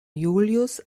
julius